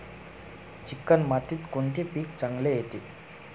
Chicken मातीत कोणते पीक चांगले येते?